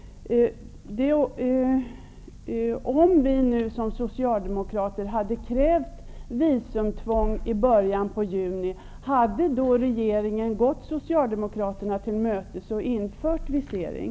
Om vi som socialdemokrater hade krävt visumtvång i början av juni, hade då regeringen gått socialdemokraterna till mötes och infört visering?